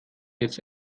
jetzt